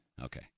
Okay